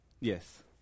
Yes